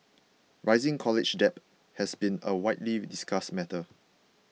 rising college debt has been a widely discussed matter